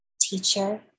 teacher